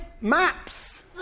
maps